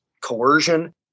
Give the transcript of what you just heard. coercion